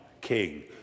king